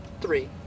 three